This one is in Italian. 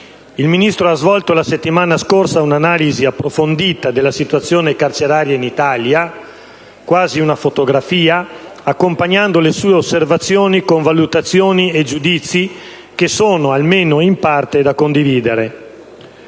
Il Ministro ha svolto la settimana scorsa un'analisi approfondita della situazione carceraria in Italia, quasi una fotografia, accompagnando le sue osservazioni con valutazioni e giudizi che sono, almeno in parte, da condividere.